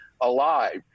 alive